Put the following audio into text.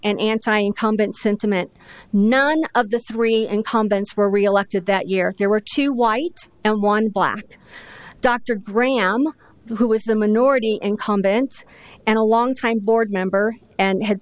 and anti incumbent sentiment none of the three incumbents were reelected that year there were two white and one black dr graham who was the minority incumbent and a longtime board member and had